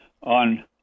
on